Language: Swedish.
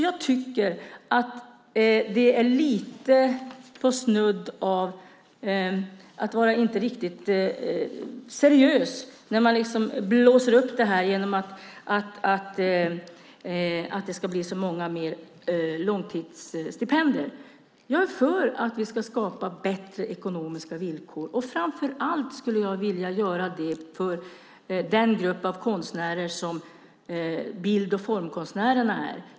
Jag tycker att det är snudd på att inte vara riktigt seriös när man blåser upp detta med att det ska bli så många fler långtidsstipendier. Jag är för att vi ska skapa bättre ekonomiska villkor, och framför allt skulle jag vilja göra det för den grupp av konstnärer som bild och formkonstnärerna utgör.